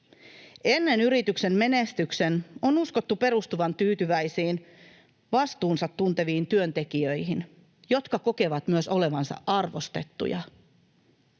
Ennen yrityksen menestyksen on uskottu perustuvan tyytyväisiin, vastuunsa tunteviin työntekijöihin, jotka kokevat myös olevansa arvostettuja.